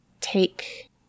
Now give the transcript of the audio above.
take